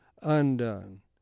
undone